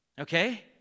Okay